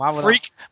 Freak